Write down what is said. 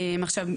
עכשיו,